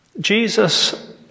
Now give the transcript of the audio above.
Jesus